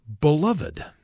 beloved